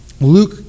Luke